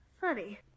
funny